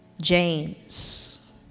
James